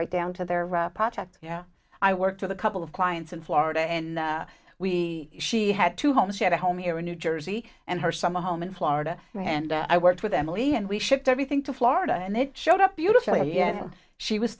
right down to their project you know i worked with a couple of clients in florida and we she had two homes she had a home here in new jersey and her summer home in florida and i worked with emily and we shipped everything to florida and it showed up beautifully and she was